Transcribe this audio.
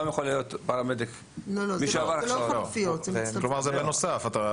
למעט אם הם פועלים במסגרת שאינה